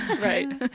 right